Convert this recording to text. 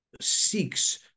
seeks